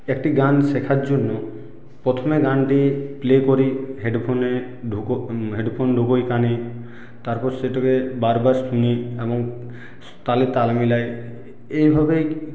একটি গান শেখার জন্য প্রথমে গানটি প্লে করি হেডফোনে ঢুকো হেডফোন ঢোকাই কানে তারপর সেটাকে বারবার শুনি এবং তালে তাল মেলাই এভাবেই